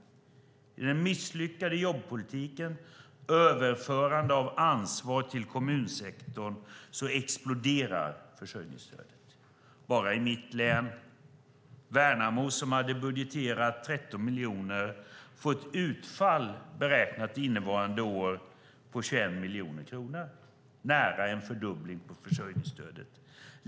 Genom den misslyckade jobbpolitiken och överförandet av ansvar till kommunsektorn exploderar försörjningsstödet. I Värnamo i mitt hemlän hade man budgeterat 13 miljoner och får ett utfall, beräknat innevarande år, på 21 miljoner kronor, vilket är nästan en fördubbling av försörjningsstödet.